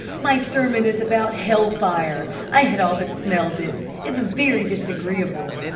my sermon is about hell-fire i had all but smelled it it was very disagreeable.